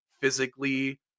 physically